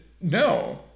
No